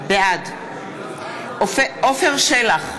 בעד עפר שלח,